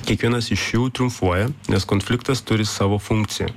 kiekvienas iš jų triumfuoja nes konfliktas turi savo funkciją